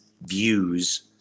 views